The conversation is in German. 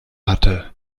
hatte